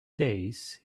days